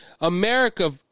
America